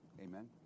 Amen